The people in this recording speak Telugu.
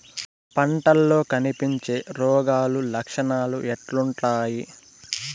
పంటల్లో కనిపించే రోగాలు లక్షణాలు ఎట్లుంటాయి?